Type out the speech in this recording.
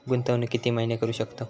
गुंतवणूक किती महिने करू शकतव?